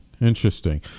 Interesting